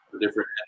Different